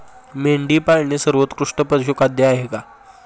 मेंढी पाळणे हे सर्वोत्कृष्ट पशुखाद्य आहे का?